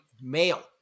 male